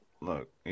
Look